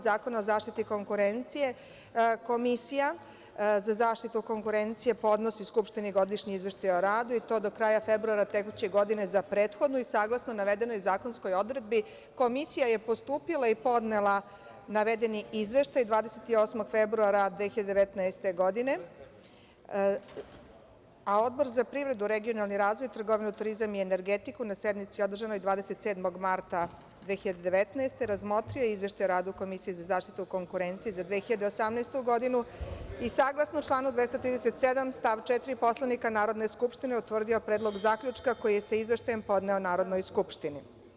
Zakona o zaštiti konkurencije, Komisija za zaštitu konkurencije podnosi Skupštini godišnji Izveštaj o radu, i to do kraja februara tekuće godine za prethodnu, i saglasno navedenoj zakonskoj odredbi Komisija je postupila i podnela navedeni izveštaj 28. februara 2019. godine, a Odbor za privredu i regionalni razvoj, trgovinu, turizam i energetiku na sednici održanoj 27. marta 2019. godine razmotrio je Izveštaj o radu Komisije za zaštitu konkurencije za 2018. godinu i, saglasno članu 237. stav 4. Poslovnika Narodne skupštine, utvrdio predlog zaključka koji je sa izveštajem podneo Narodnoj skupštini.